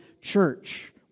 church